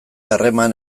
harreman